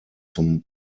zum